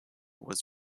was